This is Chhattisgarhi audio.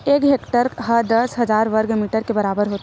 एक हेक्टेअर हा दस हजार वर्ग मीटर के बराबर होथे